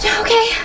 okay